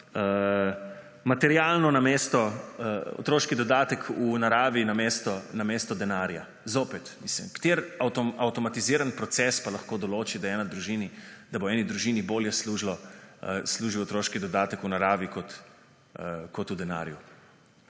materialno namesto otroški dodatek v naravi namesto denarja. Zopet, mislim, kateri avtomatizirani proces pa lahko določi, da bo eni družini bolje služil otroški dodatek v naravi kot v denarju,